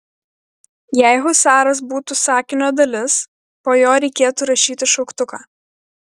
jei husaras būtų sakinio dalis po jo reikėtų rašyti šauktuką